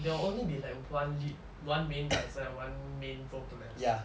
there will only be like one lead one main dancer and one main vocalist